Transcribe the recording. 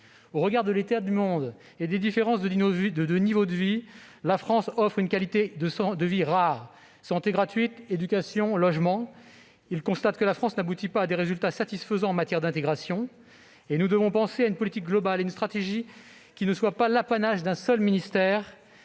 Au regard de l'état du monde et des différences de niveau de vie, la France offre une qualité de vie rare- santé gratuite, éducation, logement. Il constate que la France n'aboutit pas à des résultats satisfaisants en matière d'intégration. Nous devons penser une politique globale et une stratégie qui ne soit pas l'apanage d'un seul ministère